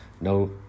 no